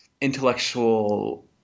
intellectual